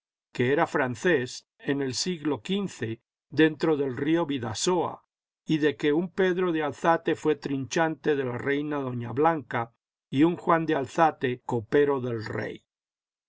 que era francés en el siglo xv dentro del río bidasoa y de que un pedro de álzate fué trinchante de la reina doña blanca y un juan de álzate copero del rey